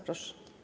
Proszę.